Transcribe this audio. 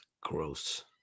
Gross